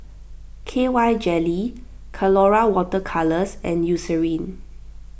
K Y jelly Colora Water Colours and Eucerin